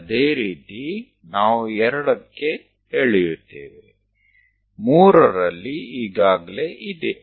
ಅದೇ ರೀತಿ ನಾವು 2 ಕ್ಕೆ ಎಳೆಯುತ್ತೇವೆ 3 ರಲ್ಲಿ ಈಗಾಗಲೇ ಇದೆ